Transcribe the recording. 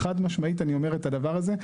חד משמעית אני אומר את הדבר הזה,